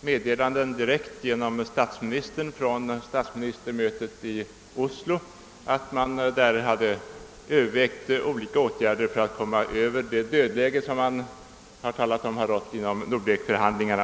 ta del av ett direktmeddelande i vilket statsministern rapporterade från statsministermötet i Oslo att där hade övervägts olika åtgärder för att komma ut ur det dödläge som rådde inom Nordekförhandlingarna.